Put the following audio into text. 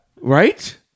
Right